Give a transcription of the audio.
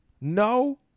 No